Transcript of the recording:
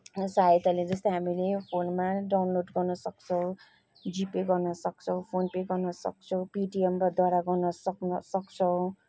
सहायताले जस्तै हामीले फोनमा डाउनलोड गर्न सक्छौँ जिपे गर्न सक्छौँ फोन पे गर्न सक्छौँ पेटिएमद्वारा गर्न सक्न सक सक्छौँ